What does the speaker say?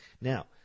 Now